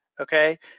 okay